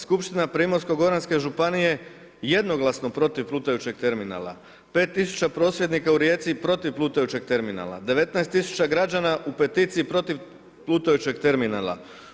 Skupština Primorsko goranske županije, jednoglasno protiv plutajuće terminala, 5000 prosvjednika u Rijeci protiv plutajućeg terminala, 19000 građana u peticiji protiv plutajućeg terminala.